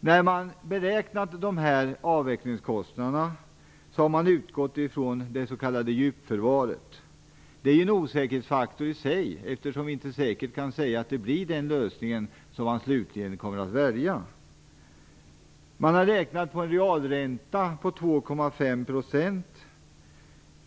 När man beräknat avvecklingskostnaderna har man utgått från det s.k. djupförvaret. Detta är i sig en osäkerhetsfaktor, eftersom vi inte kan säga säkert att det blir den lösningen man slutligen kommer att välja. Man har räknat på en realränta på 2,5 %.